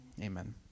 amen